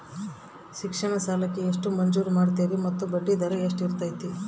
ಶಿಕ್ಷಣ ಸಾಲಕ್ಕೆ ಎಷ್ಟು ಮಂಜೂರು ಮಾಡ್ತೇರಿ ಮತ್ತು ಬಡ್ಡಿದರ ಎಷ್ಟಿರ್ತೈತೆ?